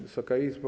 Wysoka Izbo!